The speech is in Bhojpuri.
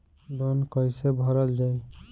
लोन कैसे भरल जाइ?